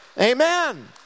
Amen